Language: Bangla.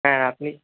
হ্যাঁ আপনি